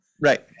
right